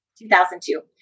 2002